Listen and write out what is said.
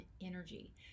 energy